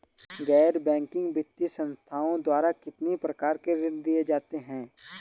गैर बैंकिंग वित्तीय संस्थाओं द्वारा कितनी प्रकार के ऋण दिए जाते हैं?